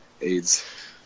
AIDS